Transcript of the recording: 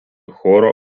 choro